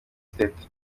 state